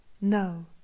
No